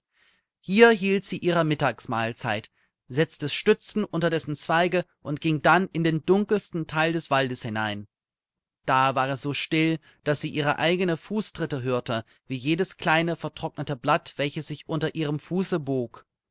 hier hielt sie ihre mittagsmahlzeit setzte stützen unter dessen zweige und ging dann in den dunkelsten teil des waldes hinein da war es so still daß sie ihre eigenen fußtritte hörte wie jedes kleine vertrocknete blatt welches sich unter ihrem fuße bog